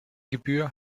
gebühr